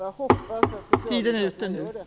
Jag hoppas att Socialdemokraterna gör det.